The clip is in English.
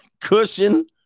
cushion